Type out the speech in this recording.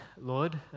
Lord